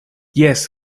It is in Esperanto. jes